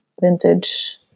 vintage